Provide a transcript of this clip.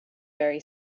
very